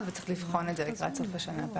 וצריך לבחון את זה לקראת סוף השנה.